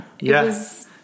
Yes